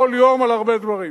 כל יום על הרבה דברים.